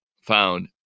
found